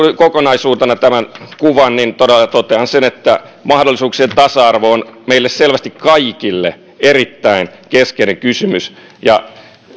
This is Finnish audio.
kokonaisuutena tämän kuvan niin todella totean sen että mahdollisuuksien tasa arvo on selvästi meille kaikille erittäin keskeinen kysymys ja